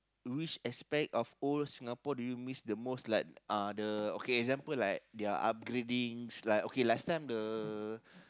which aspect of old Singapore do you miss the most like uh the okay example like their upgradings like okay last time the